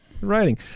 writing